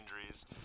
injuries